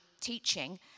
teaching